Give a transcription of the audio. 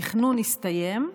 התכנון הסתיים,